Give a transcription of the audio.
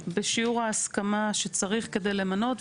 בשיעור ההסכמה שצריך כדי למנות.